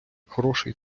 хороший